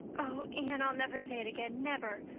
oh, anne, i'll never say it again never.